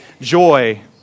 joy